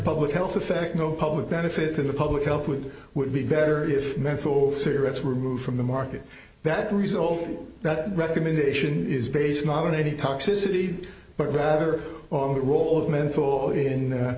public health effect no public benefit to the public health would would be better if menthol cigarettes were moved from the market that result that recommendation is based nominating toxicity but rather on the role of menthol in